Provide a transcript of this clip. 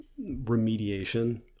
remediation